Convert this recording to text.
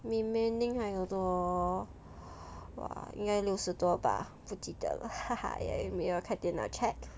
remaining 还有多 !wah! 应该六十多吧不记得了 也没有看电脑 check